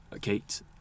Kate